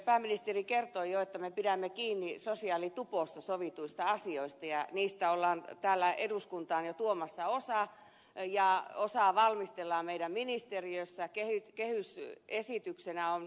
pääministeri kertoi jo että me pidämme kiinni sosiaalitupossa sovituista asioista ja niistä ollaan eduskuntaan jo tuomassa osa ja osaa valmistellaan meidän ministeriössämme